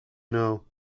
know